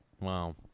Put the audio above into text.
Wow